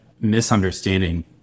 misunderstanding